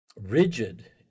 rigid